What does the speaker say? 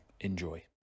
enjoy